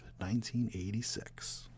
1986